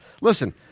Listen